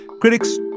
critics